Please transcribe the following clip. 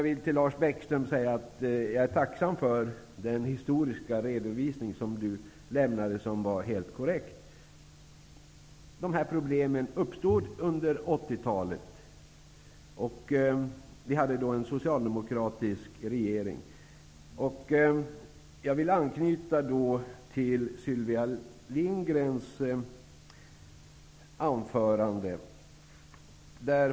Till Lars Bäckström vill jag säga att jag är tacksam för den korrekta historiska redovisning som han gjorde. De här problemen uppstod under 1980 talet. Vi hade då en socialdemokratisk regering. Jag vill anknyta till Sylvia Lindgrens anförande.